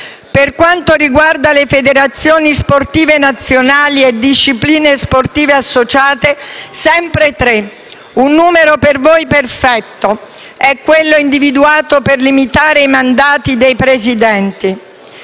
Per quanto riguarda le federazioni sportive nazionali e discipline sportive associate, sempre nel numero di tre - per voi perfetto - è individuato il limite ai mandati dei Presidenti.